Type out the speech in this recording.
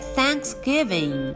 Thanksgiving